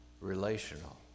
relational